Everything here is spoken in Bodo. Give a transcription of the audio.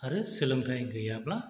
आरो सोलोंथाइ गैयाब्ला